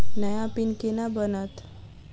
नया पिन केना बनत?